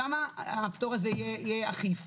שם הפטור הזה יהיה אחיד.